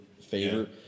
favor